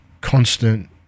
constant